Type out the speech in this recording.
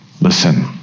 listen